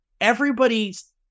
everybody's